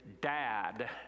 dad